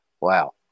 wow